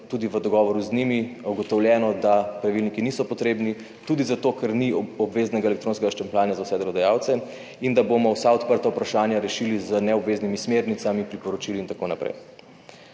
tudi v dogovoru z njimi ugotovljeno, da pravilniki niso potrebni tudi zato, ker ni obveznega elektronskega štempljanja za vse delodajalce, in da bomo vsa odprta vprašanja rešili z neobveznimi smernicami, priporočili itn.